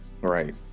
right